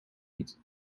niet